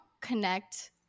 connect